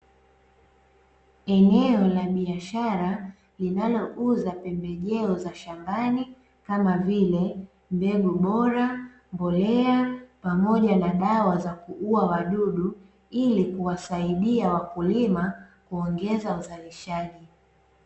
Eneo la biashara linalouza pembejeo za shambani kama vile: mbegu bora, mbolea pamoja na dawa za kuua wadudu; ili kuwasaidia wakulima kuongeza uzalishaji.